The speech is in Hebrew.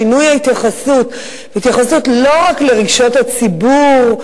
שינוי ההתייחסות: התייחסות לא רק לרגשות הציבור,